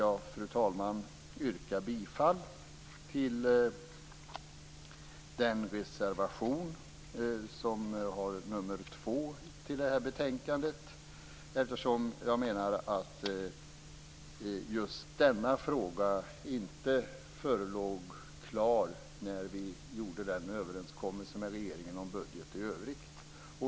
Jag vill därför yrka bifall till reservation nr 2 till detta betänkande. Jag menar att just denna fråga inte förelåg klar när vi gjorde överenskommelsen med regeringen om budgeten i övrigt.